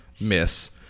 miss